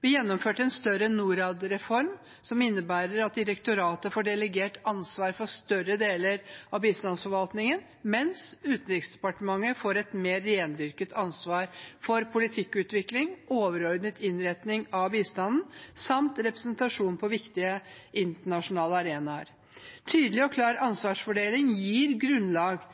Vi gjennomførte en større Norad-reform, som innebærer at direktoratet får delegert ansvar for større deler av bistandsforvaltningen, mens Utenriksdepartementet får et mer rendyrket ansvar for politikkutvikling, overordnet innretning av bistanden samt representasjon på viktige internasjonale arenaer. Tydelig og klar ansvarsfordeling gir grunnlag